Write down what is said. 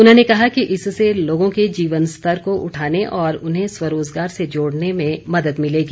उन्होंने कहा कि इससे लोगों के जीवन स्तर को उठाने और उन्हें स्वरोज़गार से जोड़ने में मदद मिलेगी